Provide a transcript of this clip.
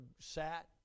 sat